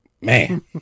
man